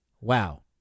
Wow